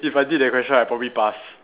if I did that question I probably pass